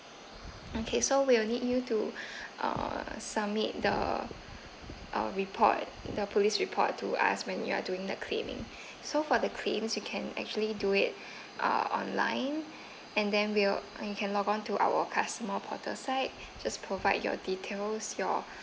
okay so we'll need you uh to submit the uh report the police report to us when you are doing the claiming so for the claims you can actually do it uh online and then will you can log on to our customer portal site just provide your details your